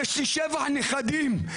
יש לי שבעה נכדים,